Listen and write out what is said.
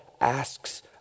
asks